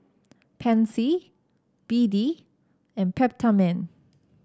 Pansy B D and Peptamen